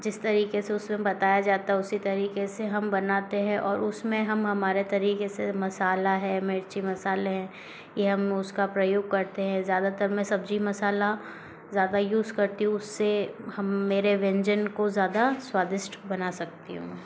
जिस तरीके से उसमें बताया जाता है उसी तरीके से हम बनाते हैं और उसमें हम हमारे तरीके से मसाला है मिर्ची मसालें है ये हम उसका प्रयोग करते है ज़्यादातर मैं सब्ज़ी मसाला ज़्यादा यूज करती हूँ उससे मेरे व्यंजन को ज़्यादा स्वादिष्ट बना सकती हूँ